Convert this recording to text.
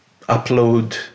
upload